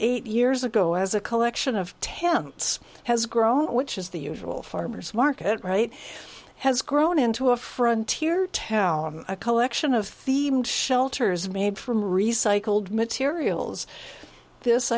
eight years ago as a collection of tents has grown which is the usual farmer's market right has grown into a frontier town a collection of themed shelters made from recycled materials this